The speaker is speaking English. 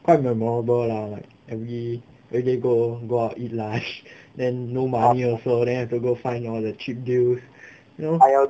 quite memorable lah like every every day go go out eat like then no money also then have to go find all the cheap deal you know